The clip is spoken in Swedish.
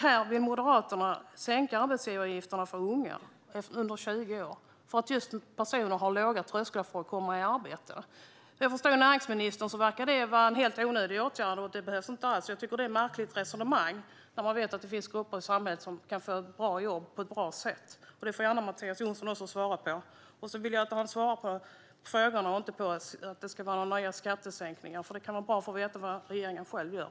Här vill Moderaterna sänka arbetsgivaravgifterna för unga, personer som är under 20 år, eftersom dessa personer har låga trösklar för att komma i arbete. Som jag förstår näringsministern verkar han anse att detta är en helt onödig åtgärd som inte alls behövs. Jag tycker att det är ett märkligt resonemang. Vi vet ju att det finns grupper i samhället som kan få ett bra jobb på ett bra sätt. Även Mattias Jonsson får gärna svara på detta. Jag vill också att han svarar på frågorna i stället för att tala om nya skattesänkningar, för det kan vara bra att få veta vad regeringen själv gör.